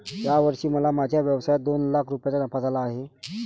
या वर्षी मला माझ्या व्यवसायात दोन लाख रुपयांचा नफा झाला आहे